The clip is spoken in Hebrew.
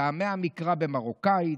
טעמי המקרא במרוקאית,